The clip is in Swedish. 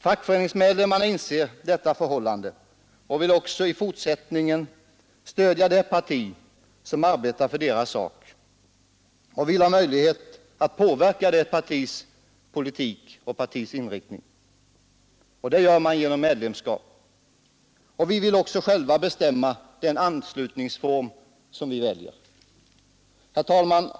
Fackföreningsmedlemmarna inser detta förhållande och vill också i fortsättningen stödja det parti som arbetar för deras sak. De vill ha möjlighet att påverka det partiets politik och inriktning, och det får man genom medlemskap. Vi vill oci va bestämma den anslutningsform som vi väljer. Herr talman!